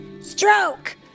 Stroke